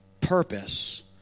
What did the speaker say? purpose